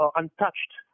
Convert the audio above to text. untouched